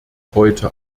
heute